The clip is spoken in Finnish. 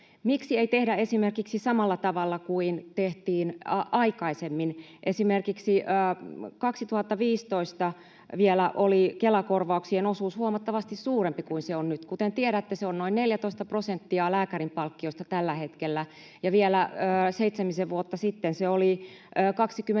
Miksi ei tehdä esimerkiksi samalla tavalla kuin tehtiin aikaisemmin: esimerkiksi vielä 2015 oli Kela-korvauksien osuus huomattavasti suurempi kuin se on nyt. Kuten tiedätte, se on noin 14 prosenttia lääkärinpalkkiosta tällä hetkellä, ja vielä seitsemisen vuotta sitten se oli 21